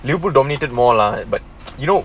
liverpool dominated more lah but you know